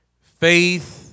Faith